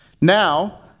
Now